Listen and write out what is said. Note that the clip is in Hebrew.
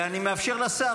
ואני מאפשר לשר,